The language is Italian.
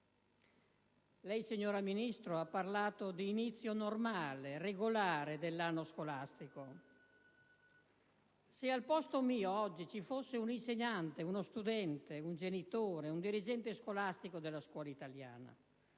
Lei, signora Ministro, ha parlato di inizio normale, regolare dell'anno scolastico. Se al posto mio oggi ci fosse però un insegnante, uno studente, un genitore, un dirigente scolastico della scuola italiana,